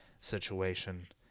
situation